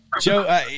Joe